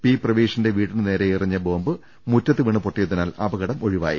P പ്രവീഷിന്റെ വീടിനുനേരെ എറിഞ്ഞ ബോംബ് മുറ്റ ത്തുവീണ് പൊട്ടിയതിനാൽ അപകടം ഒഴിവായി